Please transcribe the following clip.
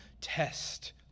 test